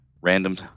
random